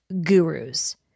gurus